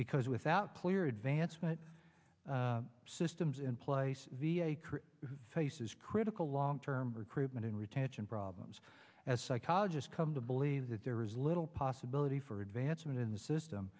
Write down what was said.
because without clear advancement systems in place faces critical long term recruitment and retention problems as psychologist come to believe that there is little possibility for advancement in the system